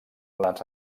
les